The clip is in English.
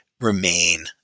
remain